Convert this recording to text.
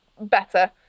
better